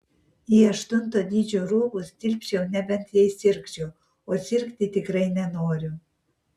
į aštunto dydžio rūbus tilpčiau nebent jei sirgčiau o sirgti tikrai nenoriu